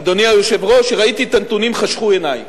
אדוני היושב-ראש, כשראיתי את הנתונים, חשכו עיני.